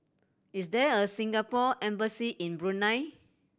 is there a Singapore Embassy in Brunei